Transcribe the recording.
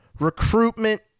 Recruitment